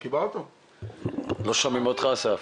אסף?